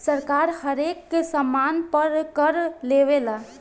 सरकार हरेक सामान पर कर लेवेला